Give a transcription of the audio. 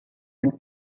and